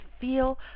feel